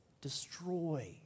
destroy